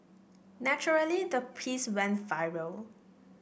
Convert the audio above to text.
naturally the piece went viral